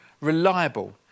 reliable